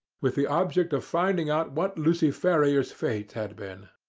with the object of finding out what lucy ferrier's fate had been.